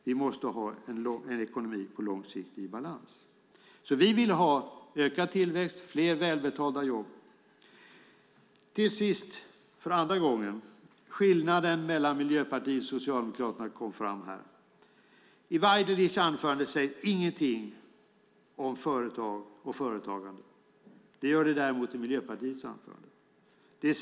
Vi måste ha en ekonomi i balans på lång sikt. Vi vill alltså ha ökad tillväxt och fler välbetalda jobb. Slutligen vill jag säga att skillnaden mellan Miljöpartiet och Socialdemokraterna åter kom fram. I Tommy Waidelichs anförande sägs ingenting om företag och företagande. Det gör det däremot i Miljöpartiets anförande.